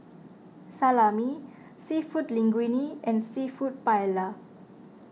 Salami Seafood Linguine and Seafood Paella